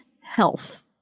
health